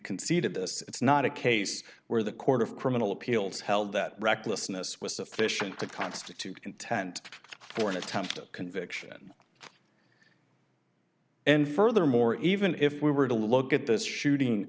conceded this it's not a case where the court of criminal appeals held that recklessness was sufficient to constitute intent for an attempted conviction and furthermore even if we were to look at this shooting